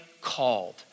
called